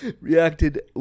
reacted